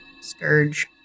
scourge